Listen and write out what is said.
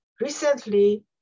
recently